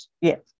Yes